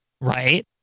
Right